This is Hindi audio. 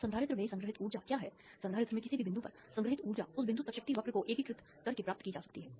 अब संधारित्र में संग्रहीत ऊर्जा क्या है संधारित्र में किसी भी बिंदु पर संग्रहीत ऊर्जा उस बिंदु तक शक्ति वक्र को एकीकृत करके प्राप्त की जा सकती है